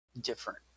different